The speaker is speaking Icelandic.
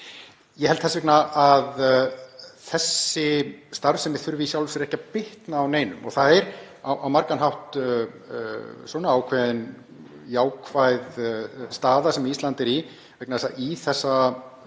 Ég held þess vegna að þessi starfsemi þurfi í sjálfu sér ekki að bitna á neinum. Það er á margan hátt ákveðin jákvæð staða sem Ísland er í vegna þess